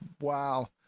Wow